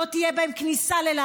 לא תהיה בהן כניסה לספרדים,